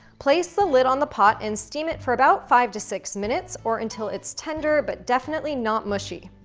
place the lid on the pot, and steam it for about five to six minutes, or until it's tender, but definitely not mushy.